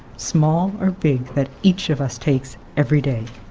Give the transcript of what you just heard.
small or big that each of us takes every day.